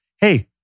hey